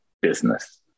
business